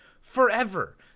forever